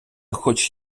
хоч